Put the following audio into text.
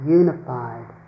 unified